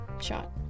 shot